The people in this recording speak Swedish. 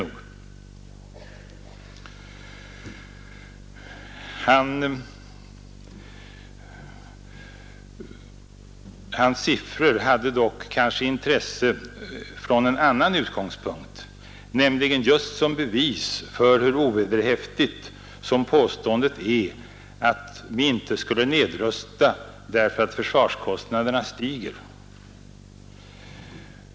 Statsministerns siffror hade dock kanske intresse från en annan utgångspunkt, nämligen just som bevis för hur ovederhäftigt påståendet är att vi inte skulle nedrusta därför att försvarskostnaderna stiger.